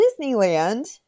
Disneyland